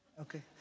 Okay